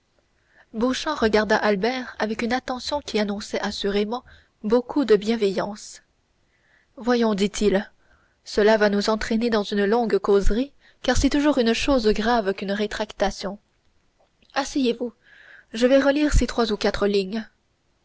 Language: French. regarda albert avec une attention qui annonçait assurément beaucoup de bienveillance voyons dit-il cela va nous entraîner dans une longue causerie car c'est toujours une chose grave qu'une rétractation asseyez-vous je vais relire ces trois ou quatre lignes